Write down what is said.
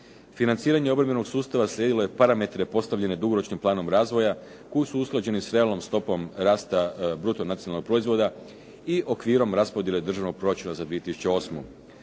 Financiranje obrambenog sustava slijedilo je parametre postavljene dugoročnim planom razvoja koji su usklađeni sa …/Govornik se ne razumije./… stopom rasta bruto nacionalnog proizvoda i okvirom raspodjele državnog proračuna za 2008.